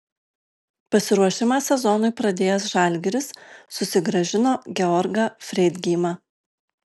pasiruošimą sezonui pradėjęs žalgiris susigrąžino georgą freidgeimą